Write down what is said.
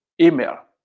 email